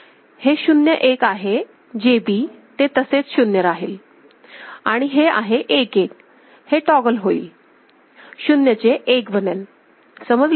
हे 0 1 आहे JB ते तसेच 0 राहील आणि हे आहे 1 1 हे टॉगल होईल 0 चे 1 बनेल समजले